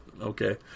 okay